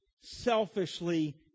selfishly